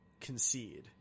concede